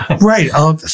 Right